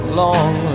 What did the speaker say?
long